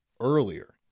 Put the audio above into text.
earlier